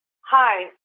Hi